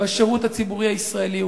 בשירות הציבורי הישראלי.